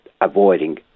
avoiding